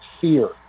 fear